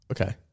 Okay